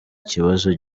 kibazo